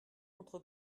entre